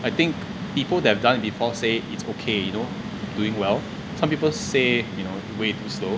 I think people they've done before say it's okay you know doing well some people say you know way too slow